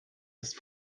ist